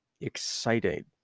excited